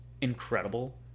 incredible